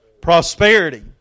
Prosperity